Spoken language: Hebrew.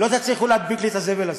לא תצליחו להדביק לי את הזבל הזה.